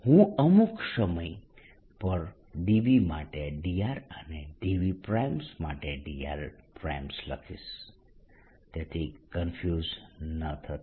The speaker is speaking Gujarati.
હું અમુક સમય પર dv માટે dr અને dV માટે drલખીશ તેથી કન્ફ્યુઝ ન થતા